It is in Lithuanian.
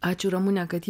ačiū ramune kad jį